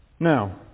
Now